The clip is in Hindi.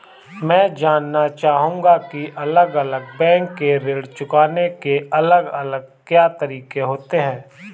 मैं जानना चाहूंगा की अलग अलग बैंक के ऋण चुकाने के अलग अलग क्या तरीके होते हैं?